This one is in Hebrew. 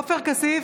עופר כסיף,